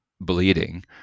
bleeding